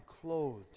clothed